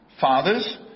fathers